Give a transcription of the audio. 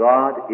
God